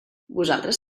vosaltres